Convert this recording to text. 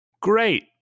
Great